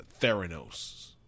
Theranos